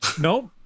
nope